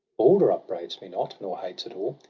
balder upbraids me not, nor hates at all,